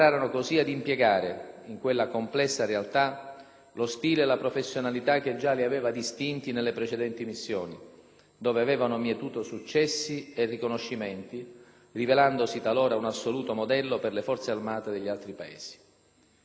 dove avevano mietuto successi e riconoscimenti, rivelandosi talora un assoluto modello per le Forze armate degli altri Paesi. La presenza dei nostri militari in terra irachena era improntata, come di consueto, alla più ampia apertura verso la popolazione locale.